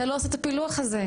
אתה לא עושה את הפילוח הזה.